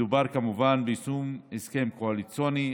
מדובר כמובן ביישום הסכם קואליציוני,